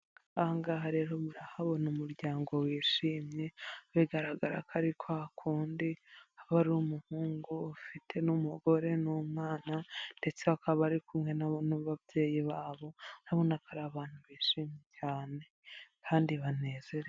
Ahangaha rero murahabona umuryango wishimye bigaragara ko ari kwa kundi haba ari umuhungu ufite n'umugore n'umwana ndetse akaba ari kumwe n'ababyeyi babo urabona ko ari abantu bishimye cyane, kandi banezerewe.